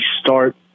start